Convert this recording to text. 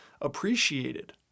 appreciated